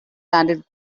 landed